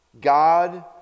God